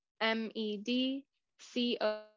M-E-D-C-O